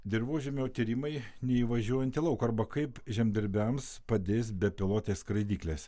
dirvožemio tyrimai neįvažiuojant į lauką arba kaip žemdirbiams padės bepilotės skraidyklės